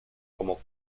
como